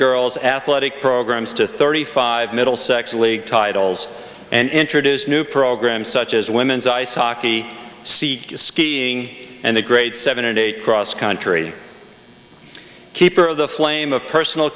girls athletic programs to thirty five middlesex league titles and introduced new programs such as women's ice hockey sea skiing and the grade seven and eight cross country keeper of the flame of personal